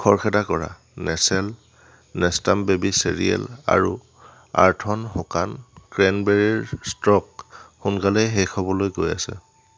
খৰখেদা কৰা Nestle Nestum baby cereal আৰু আৰ্থ'ন শুকান ক্ৰেনবেৰীৰ ষ্টক সোনকালে শেষ হ'বলৈ গৈ আছে